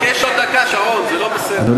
תבקש עוד דקה, שרון, זה לא בסדר.